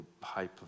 pipe